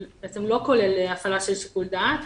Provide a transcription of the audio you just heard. שלא כולל הפעלה של שיקול דעת.